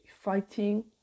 fighting